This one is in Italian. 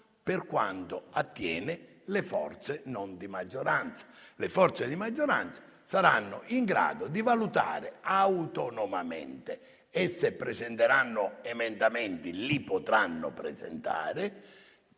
per quanto attiene le forze di opposizione. Le forze di maggioranza saranno in grado di valutare autonomamente e se vorranno presentare emendamenti, li potranno presentare.